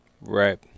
right